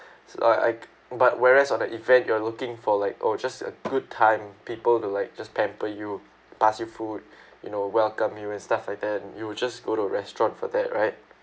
so like but whereas on the event you are looking for like oh just a good time people to like just pamper you pass you food you know welcome you and stuff like that you will just go to a restaurant for that right